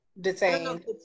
Detained